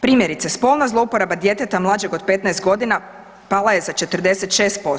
Primjerice, spolna zlouporaba djeteta mlađeg od 15 godina pala je za 46%